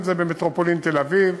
מטרופולין תל-אביב,